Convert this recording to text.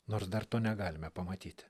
nors dar to negalime pamatyti